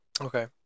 okay